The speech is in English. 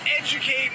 educate